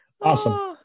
Awesome